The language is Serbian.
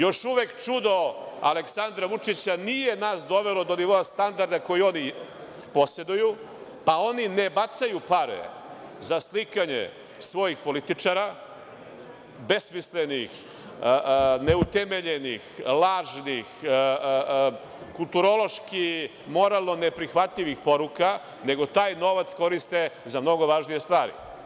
Još uvek čudo Aleksandra Vučića nije nas dovelo do nivoa standarda koji oni poseduju, pa oni ne bacaju pare za slikanje svojih političara besmislenih, neutemeljenih, lažnih, kulturološki, moralno neprihvatljivih poruka, nego taj novac koriste za mnogo važnije stvari.